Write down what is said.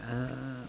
uh